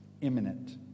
imminent